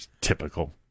typical